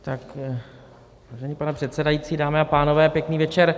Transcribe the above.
Vážený pane předsedající, dámy a pánové, pěkný večer.